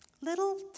little